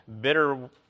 bitter